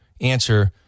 answer